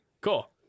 Cool